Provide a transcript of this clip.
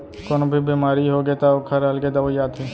कोनो भी बेमारी होगे त ओखर अलगे दवई आथे